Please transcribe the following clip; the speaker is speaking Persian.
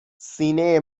سینه